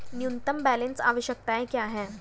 न्यूनतम बैलेंस आवश्यकताएं क्या हैं?